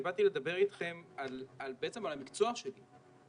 אני באתי לדבר אתכם על המקצוע שלי.